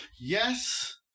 Yes